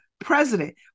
president